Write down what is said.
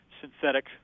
synthetic